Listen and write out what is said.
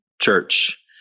Church